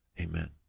amen